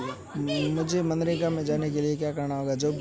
मुझे मनरेगा में जाने के लिए क्या करना होगा?